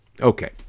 Okay